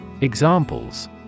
Examples